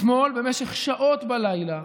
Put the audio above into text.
אתמול במשך שעות בלילה,